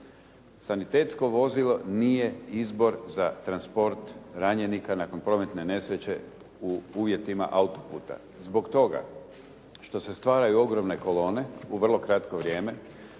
Sanitetsko vozilo nije izbor za transport ranjenika nakon prometne nesreće u uvjetima autoputa. Zbog toga što se stvaraju ogromne kolone u vrlo kratko vrijeme,